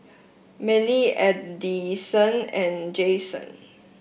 Mellie Addyson and Jayson